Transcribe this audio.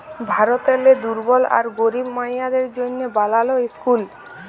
ভারতেরলে দুর্বল আর গরিব মাইয়াদের জ্যনহে বালাল ইসকুল